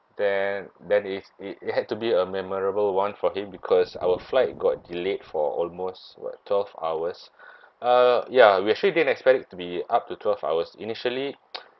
then that is it it had to be a memorable one for him because our flight got delayed for almost what twelve hours uh ya we actually didn't expect it to be up to twelve hours initially